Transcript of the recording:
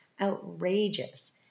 outrageous